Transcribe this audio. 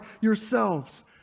yourselves